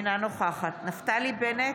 אינו נוכחת נפתלי בנט,